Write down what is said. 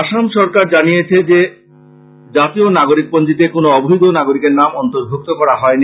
আসাম সরকার জানিয়েছে যে জাতীয় নাগরীক পঞ্জীতে কোন অবৈধ নাগরিকের নাম অর্ন্তভুক্ত করা হয় নি